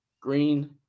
Green